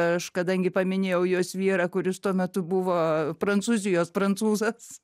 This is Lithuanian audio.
aš kadangi paminėjau jos vyrą kuris tuo metu buvo prancūzijos prancūzas